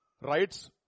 rights